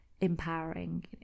empowering